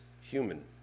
human